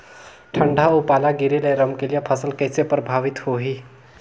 ठंडा अउ पाला गिरे ले रमकलिया फसल कइसे प्रभावित होही?